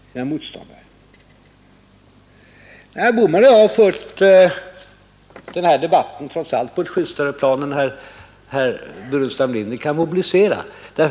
Herr Bohman och jag har trots allt fört den här debatten på ett justare plan än herr Burenstam Linder kan nå upp till.